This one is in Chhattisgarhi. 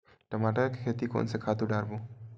टमाटर के खेती कोन से खातु डारबो?